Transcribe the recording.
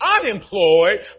unemployed